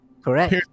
Correct